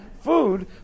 food